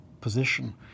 position